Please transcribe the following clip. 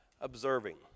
Observing